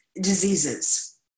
diseases